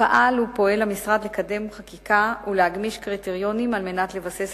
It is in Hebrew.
פעל ופועל המשרד לקדם חקיקה ולהגמיש קריטריונים על מנת לבסס